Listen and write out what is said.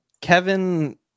Kevin